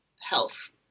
health